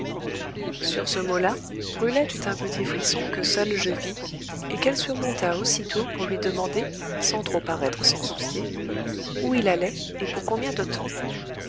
sur ce mot-là brulette eut un petit frisson que seul je vis et qu'elle surmonta aussitôt pour lui demander sans trop paraître s'en soucier où il allait et pour combien de temps